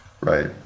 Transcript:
right